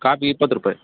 copy ಇಪ್ಪತ್ತು ರೂಪಾಯಿ